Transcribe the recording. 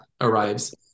arrives